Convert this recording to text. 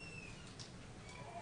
לא,